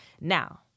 Now